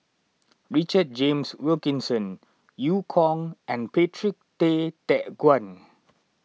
Richard James Wilkinson Eu Kong and Patrick Tay Teck Guan